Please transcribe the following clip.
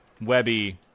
Webby